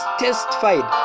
testified